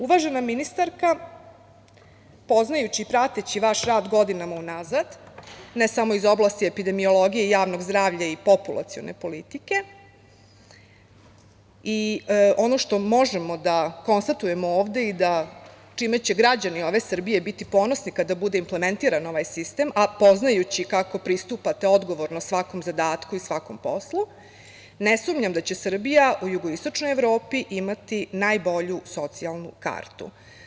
Uvažena ministarka, poznajući i prateći vaš rad godinama unazad, ne samo iz oblasti epidemiologije i javnog zdravlja i populacione politike, ono što možemo da konstatujemo ovde i čime će građani Srbije biti ponosni kada bude implementiran ovaj sistem, a poznajući kako pristupate odgovorno svakom zadatku i svakom poslu, ne sumnjam da će Srbija u jugoistočnoj Evropi imati najbolju socijalnu kartu.